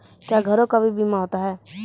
क्या घरों का भी बीमा होता हैं?